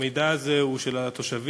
המידע הזה הוא של התושבים,